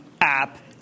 app